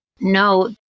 no